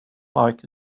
like